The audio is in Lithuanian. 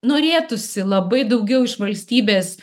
norėtųsi labai daugiau iš valstybės